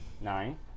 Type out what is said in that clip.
Nine